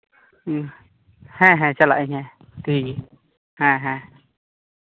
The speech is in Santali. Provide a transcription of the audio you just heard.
ᱦᱮᱸ ᱦᱮᱸ ᱪᱟᱞᱟᱜ ᱟᱹᱧ ᱦᱮᱸ ᱴᱷᱤᱠ ᱜᱮᱭᱟ ᱦᱮᱸ ᱦᱮᱸ